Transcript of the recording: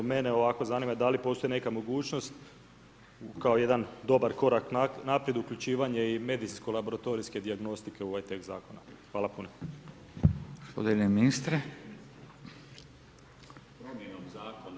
Mene evo ovako zanima, da li postoji neka mogućnost kao jedan dobar korak naprijed uključivanje i medicinsko-laboratorijske dijagnostike u ovaj tekst zakona.